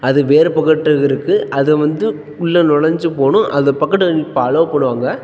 அது வேறு பக்கோட்டுக்கு இருக்குது அதை வந்து உள்ளே நொழைஞ்சி போகணும் அது பக்கோட்டுல இப்போது அலோவ் பண்ணுவாங்க